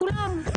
לכולם.